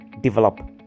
develop